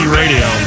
radio